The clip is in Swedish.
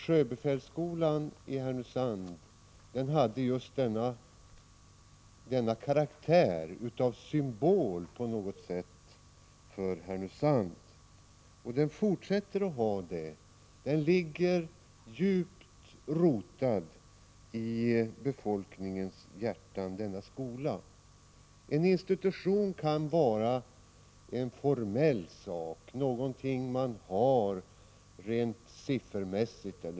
Sjöbefälsskolan i Härnösand hade just denna karaktär av symbol för Härnösand på något sätt, och den fortsätter att ha det. Det ligger djupt rotat i befolkningens hjärtan. En institution kan vara en formell sak, någonting man har rent siffermässigt.